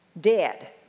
Dead